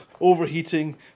Overheating